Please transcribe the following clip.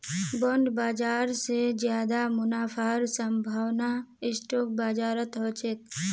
bond बाजार स ज्यादा मुनाफार संभावना स्टॉक बाजारत ह छेक